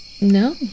No